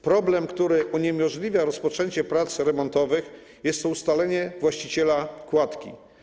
Problem, który uniemożliwia rozpoczęcie prac remontowych, to ustalenie właściciela kładki.